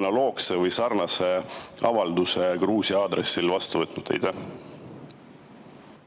analoogse või sarnase avalduse Gruusia aadressil vastu võtnud?